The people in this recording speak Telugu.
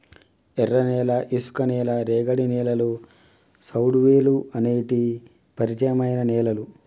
ఎర్రనేల, ఇసుక నేల, రేగడి నేలలు, సౌడువేలుఅనేటి పరిచయమైన నేలలు